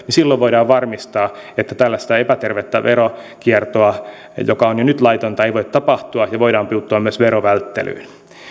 niin silloin voidaan varmistaa että tällaista epätervettä veronkiertoa joka on jo nyt laitonta ei voi tapahtua ja voidaan puuttua myös verovälttelyyn